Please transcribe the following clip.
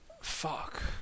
fuck